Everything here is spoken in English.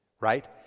Right